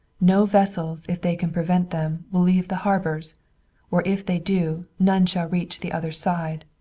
no vessels, if they can prevent them, will leave the harbors or if they do, none shall reach the other side!